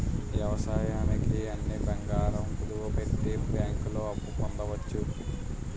వ్యవసాయానికి అని బంగారం కుదువపెట్టి బ్యాంకుల్లో అప్పు పొందవచ్చు